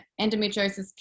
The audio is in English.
Endometriosis